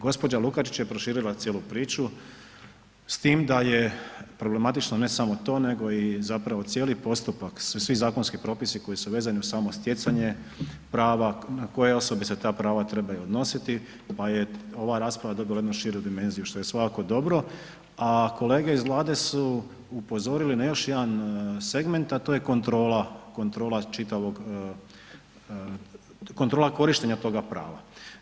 Gđa. Lukačić je proširila cijelu priču s tim da je problematično ne samo to nego i zapravo cijeli postupak, svi zakonski propisi koji su vezani uz samo stjecanje prava, na koje osobe se ta prava trebaju odnositi, pa je ova rasprava dobila jednu širu dimenziju, što je svakako dobro, a kolege iz Vlade su upozorili na još jedan segment, a to je kontrola, kontrola čitavog, kontrola korištenja toga prava.